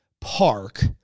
park